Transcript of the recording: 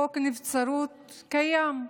חוק הנבצרות קיים,